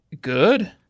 good